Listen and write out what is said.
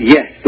Yes